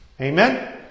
Amen